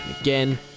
Again